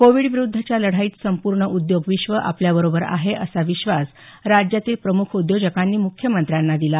कोविडविरुद्धच्या लढाईत संपूर्ण उद्योग विश्व आपल्याबरोबर आहे असा विश्वास राज्यातील प्रमुख उद्योजकांनी मुख्यमंत्र्यांना दिला